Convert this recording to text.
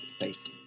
face